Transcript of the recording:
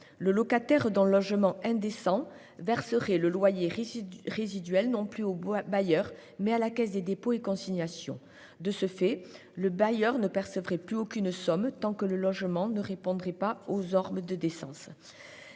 le locataire d'un logement indécent verserait le loyer résiduel non plus au bailleur, mais à la Caisse des dépôts et consignations. De ce fait, le bailleur ne percevrait plus aucune somme tant que le logement ne répondrait pas aux normes de décence.